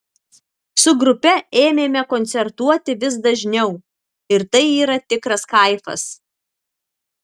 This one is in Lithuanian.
su grupe ėmėme koncertuoti vis dažniau ir tai yra tikras kaifas